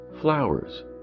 flowers